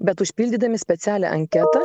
bet užpildydami specialią anketą